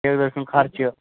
driver سُنٛد خرچہٕ